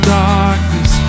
darkness